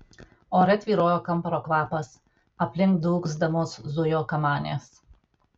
ore tvyrojo kamparo kvapas aplink dūgzdamos zujo kamanės